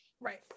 right